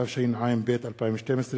התשע”ב 2012,